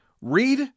read